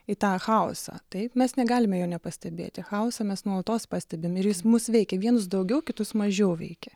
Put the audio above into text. į tą chaosą taip mes negalime jo nepastebėti chaosą mes nuolatos pastebime ir jis mus veikia vienus daugiau kitus mažiau veikia